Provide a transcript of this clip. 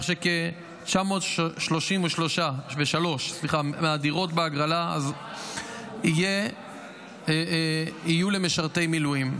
כך שכ-933 מהדירות בהגרלה יהיו למשרתי מילואים.